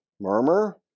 murmur